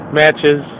matches